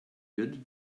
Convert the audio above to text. good